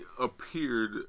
appeared